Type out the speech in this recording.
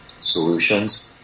solutions